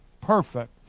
perfect